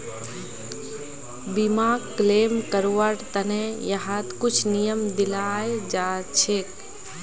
बीमाक क्लेम करवार त न यहात कुछु नियम दियाल जा छेक